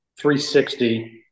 360